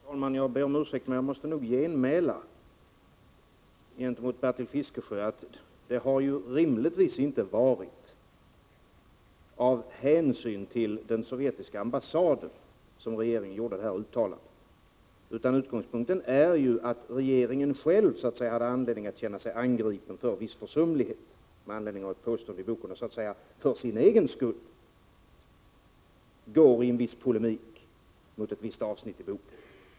Fru talman! Jag ber om ursäkt, men jag måste nog säga till Bertil Fiskesjö att det rimligtvis inte var av hänsyn till den sovjetiska ambassaden som regeringen gjorde uttalandet. Utgångspunkten var ju den att regeringen själv hade anledning att känna sig. angripen för viss försumlighet — enligt ett påstående i boken — och därför, för egen skull, ingick i en viss polemik mot ett visst avsnitt i boken.